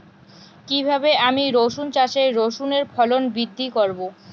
কীভাবে আমি রসুন চাষে রসুনের ফলন বৃদ্ধি করব?